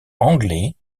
anglais